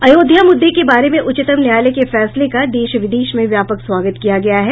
अयोध्या मुद्दे के बारे में उच्चतम न्यायालय के फैसले का देश विदेश में व्यापक स्वागत किया गया है